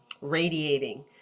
radiating